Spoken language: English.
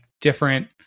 different